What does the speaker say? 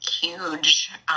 huge